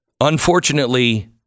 Unfortunately